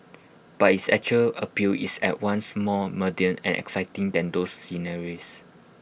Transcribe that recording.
but its actual appeal is at once more mundane and exciting than those sceneries